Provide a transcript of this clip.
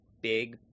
big